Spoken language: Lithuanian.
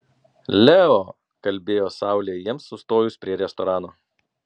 leo kalbėjo saulė jiems sustojus prie restorano